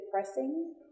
depressing